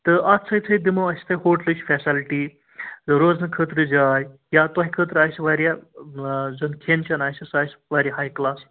تہٕ اَتھ سۭتۍ سۭتۍ دِمو أسۍ تۄہہِ ہوٹلٕچ فیسَلٹی روزنہٕ خٲطرٕ جاے یا تۄہہِ خٲطرٕ آسہِ واریاہ زَن کھٮ۪ن چٮ۪ن آسہِ سُہ آسہِ واریاہ ہاے کٕلاس